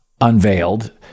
unveiled